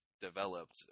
developed